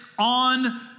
On